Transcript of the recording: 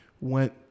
went